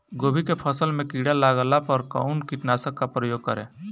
गोभी के फसल मे किड़ा लागला पर कउन कीटनाशक का प्रयोग करे?